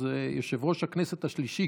יושב-ראש הכנסת השלישי,